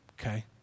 okay